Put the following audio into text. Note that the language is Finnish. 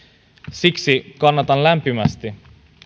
siksi kannatan lämpimästi